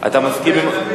אתה מסכים עם, ?